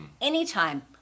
Anytime